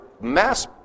Mass